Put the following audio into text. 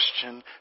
question